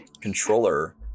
controller